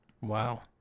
Wow